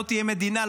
לא תהיה מדינה,